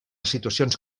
situacions